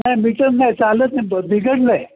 नाही मीटर नाही चालत नाही बिघडलं आहे